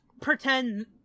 pretend